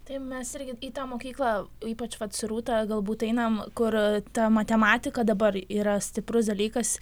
tai mes irgi į tą mokyklą ypač vat su rūta galbūt einam kur ta matematika dabar yra stiprus dalykas